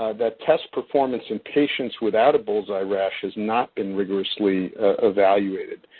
that test performance in patients without a bullseye rash has not been rigorously evaluated.